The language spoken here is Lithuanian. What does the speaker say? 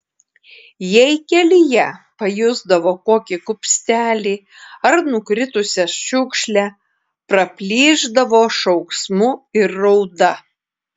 jei kelyje pajusdavo kokį kupstelį ar nukritusią šiukšlę praplyšdavo šauksmu ir rauda